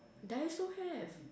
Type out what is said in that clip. daiso have